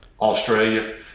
Australia